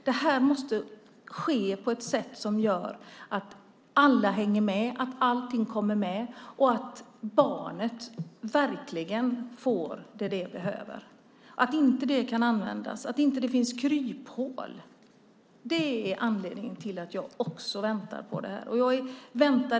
Det här måste ske på ett sådant sätt att alla hänger med, att allting kommer med och att barnet verkligen får det som det behöver. Att det inte ska finnas kryphål i lagen är också en anledning till att jag vill vänta.